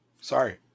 Sorry